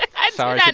i so yeah do